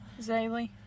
Zaylee